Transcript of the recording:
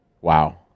Wow